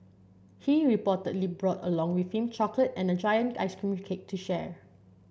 he reportedly brought along with him chocolate and a giant ice cream cake to share